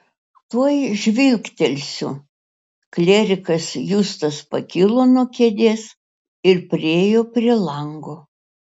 tuoj žvilgtelsiu klierikas justas pakilo nuo kėdės ir priėjo prie lango